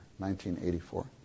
1984